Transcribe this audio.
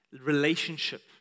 relationship